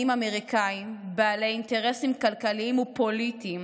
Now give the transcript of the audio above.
אמריקאים בעלי אינטרסים כלכליים ופוליטיים.